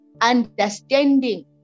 Understanding